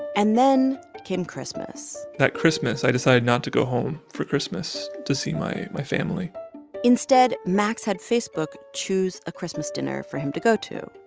and then came christmas that christmas i decided not to go home for christmas to see my my family instead, max had facebook choose a christmas dinner for him to go to.